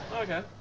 Okay